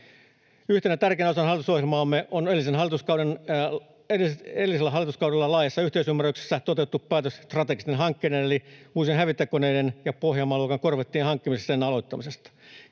Yhtenä tärkeänä osana hallitusohjelmaamme on edellisellä hallituskaudella laajassa yhteisymmärryksessä toteutettu päätös strategisten hankkeiden eli uusien hävittäjäkoneiden ja Pohjanmaa-luokan korvettien hankkimisen aloittamisesta